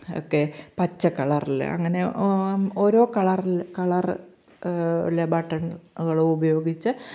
ഒക്കെ പച്ചകളറിൽ അങ്ങനെ ഓരോ കളറിൽ കളറ് ബട്ടണുകൾ ഉപയോഗിച്ചു